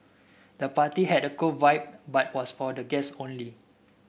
the party had a cool vibe but was for guests only